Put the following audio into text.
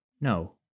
No